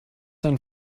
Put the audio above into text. dein